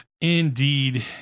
Indeed